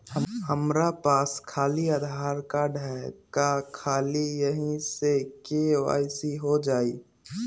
हमरा पास खाली आधार कार्ड है, का ख़ाली यही से के.वाई.सी हो जाइ?